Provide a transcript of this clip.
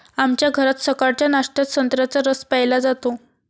आमच्या घरात सकाळच्या नाश्त्यात संत्र्याचा रस प्यायला जातो